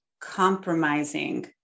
compromising